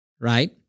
right